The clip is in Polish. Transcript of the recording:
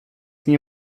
nie